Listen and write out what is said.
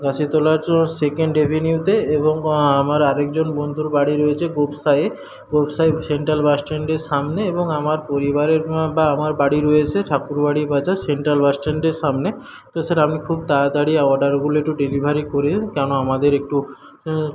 কাশিতলার second অ্যাভেন্যুয়েতে এবং আমার আরেকজন বন্ধুর বাড়ি রয়েছে গোপসাইয়ে গোপসাইয়ে সেন্ট্রাল বাসস্ট্যান্ডের সামনে এবং আমার পরিবারের বা আমার বাড়ি রয়েছে ঠাকুরবাড়ি বাজার সেন্ট্রাল বাসস্ট্যান্ডের সামনে তো স্যার আপনি খুব তাড়াতাড়ি অর্ডারগুলো একটু ডেলিভারি করুন কেন আমাদের একটু